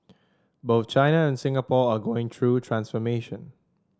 both China and Singapore are going through transformation